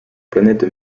planète